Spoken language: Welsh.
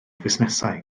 fusnesau